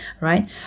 right